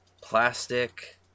plastic